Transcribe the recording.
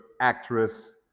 actress